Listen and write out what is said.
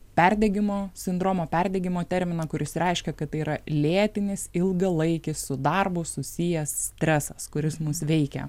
perdegimo sindromą perdegimo terminą kuris reiškia kad tai yra lėtinis ilgalaikis su darbu susijęs stresas kuris mus veikia